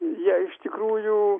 jie iš tikrųjų